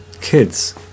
kids